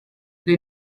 the